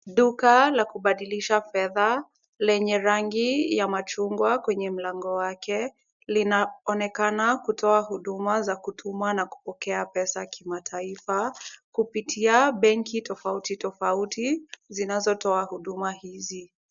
Duka la kubadilisha fedha lenye rangi ya machungwa kwenye mlango wake, linaonekana kutoa huduma za kutuma na kupokea pesa kimataifa, kupitia benki tofauti tofauti zinazotoa huduma hizi.